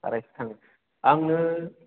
आरायस' थाङो आंनो